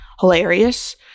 hilarious